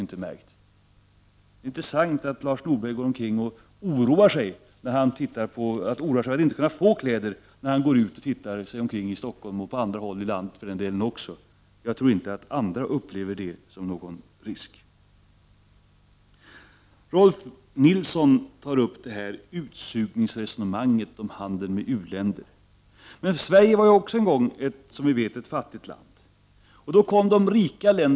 Det är intressant att Lars Norberg går omkring och oroar sig för att inte kunna få kläder när han går ut och tittar sig omkring i Stockholm, och på andra håll i landet också för den delen. Jag tror inte att andra upplever det som någon risk. Rolf Nilson tar upp utsugningsresonemanget i samband med handeln med u-länder. Men Sverige var också en gång ett fattigt land, som vi vet.